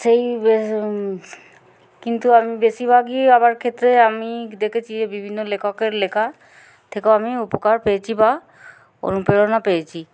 সেই কিন্তু আমি বেশিরভাগই আার ক্ষেত্রে আমি দেখেছি যে বিভিন্ন লেখকের লেখা থেকেও আমি উপকার পেয়েছি বা অনুপ্রেরণা পেয়েছি